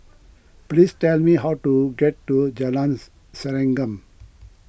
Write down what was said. please tell me how to get to Jalan Serengam